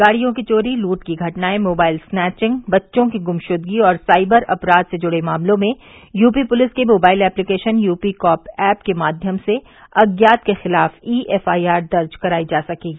गाड़ियों की चोरी लूट की घटनाए मोबाइल स्नैथिंग बच्चों की गुमशुदगी और साइबर अपराध से जुड़े मामलों में यूपी पुलिस के mobile application UP cop app के माध्यम से अज्ञात के खिलाफ ई एफआईआर दर्ज कराई जा सकेगी